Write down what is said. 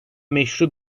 meşru